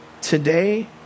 Today